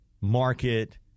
market